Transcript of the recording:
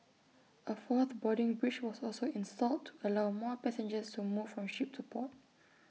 A fourth boarding bridge was also installed to allow more passengers to move from ship to port